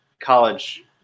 college